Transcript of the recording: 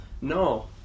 No